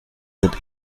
sind